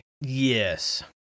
yes